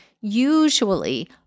usually